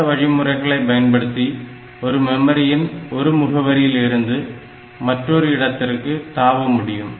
இந்த வழிமுறைகளை பயன்படுத்தி ஒரு மெமரியின் ஒரு முகவரியிலிருந்து மற்றொரு இடத்திற்கு தாவ முடியும்